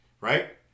Right